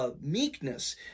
meekness